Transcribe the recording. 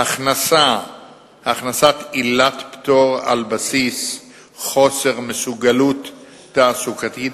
3. הכנסת עילת פטור על בסיס "חוסר מסוגלות תעסוקתית".